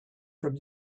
from